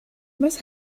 was